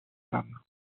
lame